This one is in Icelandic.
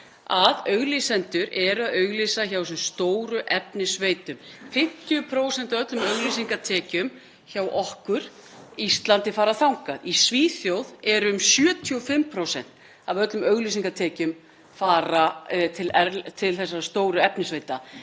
að auglýsendur auglýsa hjá þessum stóru efnisveitum. 50% af öllum auglýsingatekjum hjá okkur á Íslandi fara þangað. Í Svíþjóð fara um 75% af öllum auglýsingatekjum til þessara stóru efnisveitna.